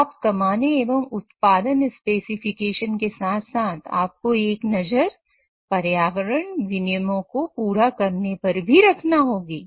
लाभ कमाने एवं उत्पादन स्पेसिफिकेशन के साथ साथ आपको एक नजर पर्यावरण विनियमों को पूरा करने पर भी रखना होगी